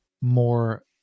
more